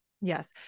Yes